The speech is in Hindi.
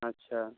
अच्छा